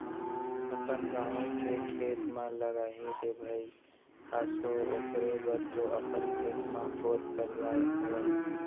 अपन गाँवे के खेत म लगाही रे भई आसो ओखरे बर तो अपन खेत म बोर करवाय हवय